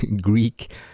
Greek